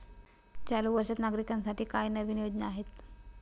चालू वर्षात नागरिकांसाठी काय नवीन योजना आहेत?